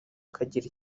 akagira